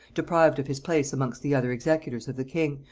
deprived of his place amongst the other executors of the king,